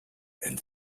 and